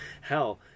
hell